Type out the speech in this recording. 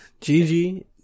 Gigi